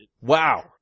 Wow